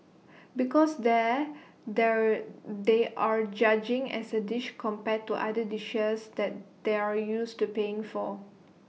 because there the they're judging as A dish compared to other dishes that they're used to paying for